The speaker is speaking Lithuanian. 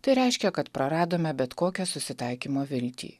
tai reiškia kad praradome bet kokią susitaikymo viltį